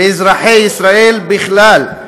ואזרחי ישראל בכלל,